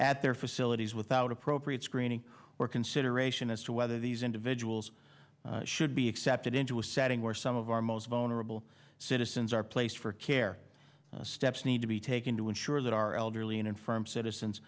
at their facilities without appropriate screening or consideration as to whether these individuals should be accepted into a setting where some of our most vulnerable citizens are placed for care steps need to be taken to ensure that our elderly and infirm citizens